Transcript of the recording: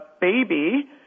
baby